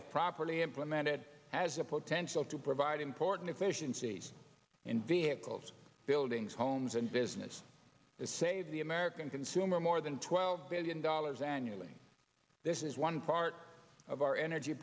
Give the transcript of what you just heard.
if properly implemented as a potential to provide important efficiencies in vehicles buildings homes and business it saves the american consumer more than twelve billion dollars annually this is one part of our energy